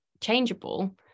changeable